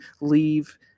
leave